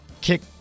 kick